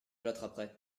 l’attraperai